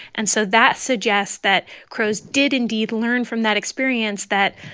and so that suggests that crows did indeed learn from that experience that,